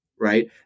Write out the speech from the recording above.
right